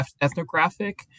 ethnographic